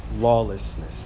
lawlessness